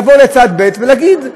לבוא לצד ב' ולהגיד: